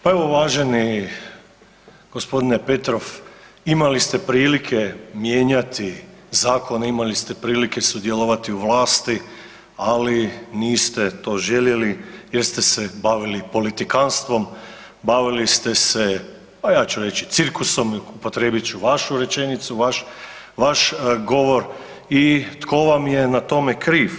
Pa evo uvaženi gospodine Petrov imali ste prilike mijenjati zakone, imali ste prilike sudjelovati u vlasti, ali niste to željeli jer ste se bavili politikanstvom, bavili ste se pa ja ću reći cirkusom i upotrijebit ću vašu rečenicu, vaš govor i tko vam je na tome kriv.